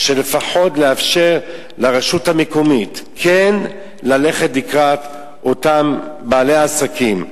לפחות לאפשר לרשות המקומית כן ללכת לקראת אותם בעלי עסקים.